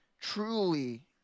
Truly